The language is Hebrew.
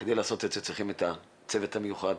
כדי לעשות את זה צריכים את הצוות המיוחד